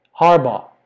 Harbaugh